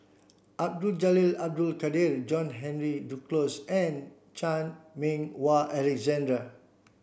Abdul Jalil Abdul Kadir John Henry Duclos and Chan Meng Wah Alexander